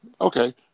Okay